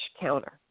counter